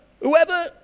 whoever